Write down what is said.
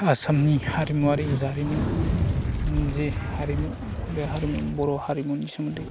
आसामनि हारिमुवारि जारिमिन जे हारिमु बे हारिमु बर' हारिमुनि सोमोन्दै